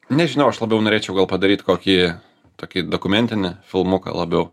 nežinau aš labiau norėčiau gal padaryt kokį tokį dokumentinį filmuką labiau